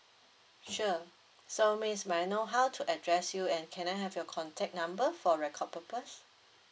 sure so miss may I know how to address you and can I have your contact number for record purpose